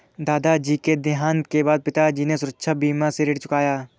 दादाजी के देहांत के बाद पिताजी ने सुरक्षा बीमा से ऋण चुकाया